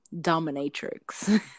dominatrix